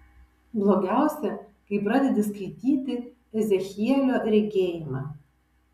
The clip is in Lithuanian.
blogiausia kai pradedi skaityti ezechielio regėjimą